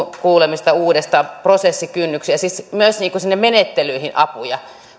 kuulemista uudestaan prosessikynnyksiä siis myös sinne menettelyihin apuja